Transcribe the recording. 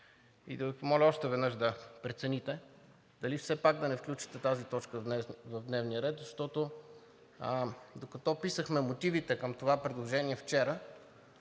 Моля Ви още веднъж да прецените дали все пак да не включите тази точка в дневния ред. Докато писахме мотивите към това предложение вчера,